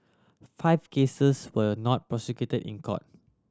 five cases were not prosecuted in court